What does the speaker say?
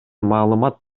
маалымат